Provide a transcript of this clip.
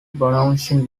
bouncing